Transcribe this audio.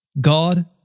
God